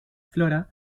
flora